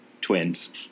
twins